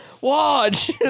watch